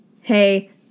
hey